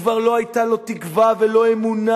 כבר לא היו לו תקווה ולא אמונה,